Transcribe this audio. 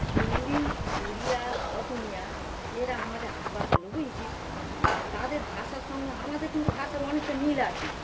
হিন্দি উড়িয়া অসমীয়া ইয়েকে আমাদের আশপাশের লোক আছে তাদের ভাষার সঙ্গে আমাদের কিন্তু ভাষার অনেকটা মিল আছে